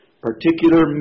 particular